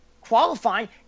qualifying